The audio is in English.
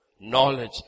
knowledge